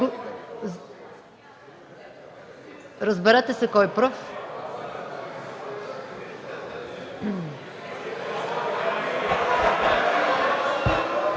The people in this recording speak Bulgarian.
Разберете се кой пръв.